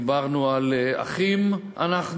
דיברנו על "אחים אנחנו"